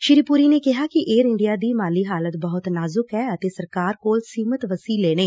ਸ੍ਰੀ ਪੁਰੀ ਨੇ ਕਿਹਾ ਕਿ ਏਅਰ ਇੰਡੀਆ ਦੀ ਮਾਲੀ ਹਾਲਤ ਬਹੂਤ ਨਾਜੂਕ ਐ ਅਤੇ ਸਰਕਾਰ ਕੋਲ ਸੀਮਿਤ ਵਸੀਲੇ ਨੇ